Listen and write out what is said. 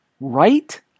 right